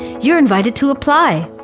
you're invited to apply.